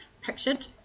pictured